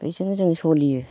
बेजोंनो जों सलियो